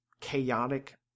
chaotic